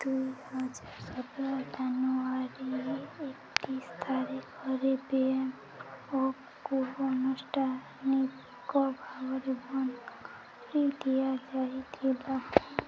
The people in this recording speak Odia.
ଦୁଇହଜାର ସତର ଜାନୁୟାରୀ ଏକତିରିଶ ତାରିଖରେ ବେମ ଅପ୍କୁ ଏବଂ ଅନୁଷ୍ଠାନିକ ଭାବରେ ବନ୍ଦ କରି ଦିଆଯାଇଥିଲା